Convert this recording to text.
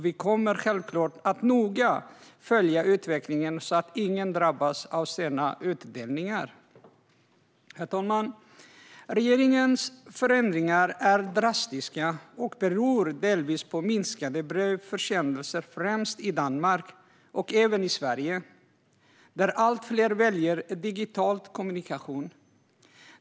Vi kommer självklart att noga följa utvecklingen, så att ingen drabbas av sena utdelningar. Herr talman! Regeringens förändringar är drastiska och beror delvis på att det är färre brevförsändelser, främst i Danmark men även i Sverige. Allt fler väljer digital kommunikation.